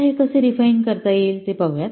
आता हे कसे रिफाइन करता येईल ते पाहू